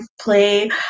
play